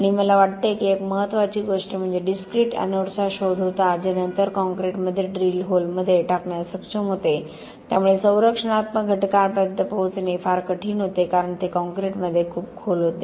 आणि मला वाटते की एक महत्त्वाची गोष्ट म्हणजे डिस्क्रिट एनोड्सचा शोध होता जे नंतर कॉंक्रिटमध्ये ड्रिल होलमध्ये टाकण्यास सक्षम होते त्यामुळे संरचनात्मक घटकांपर्यंत पोहोचणे फार कठीण होते कारण ते कॉंक्रिटमध्ये खूप खोल होते